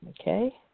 okay